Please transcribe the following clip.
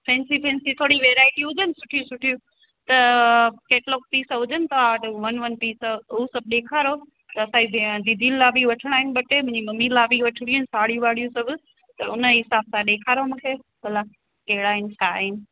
fancy fancy थोरी वैराइटियूं हुजनि सुठियूं सुठियूं त कैटलॉग पीस हुजनि तव्हां वटि वन वन पीस उव सभु ॾेखारो त असां ई जीअं दीदियुनि लाइ बि वठिणा आहिनि ॿ टे मम्मी लाइ बि वठिणियूं आहिनि साड़ियूं ॿाड़ियूं सभु त उन ई हिसाब सां ॾेखारो मूंखे भला कहिड़ा आहिनि छा आहिनि